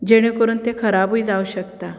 जेणे करून तें खराबूय जावंक शकता